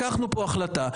לקחנו פה החלטה.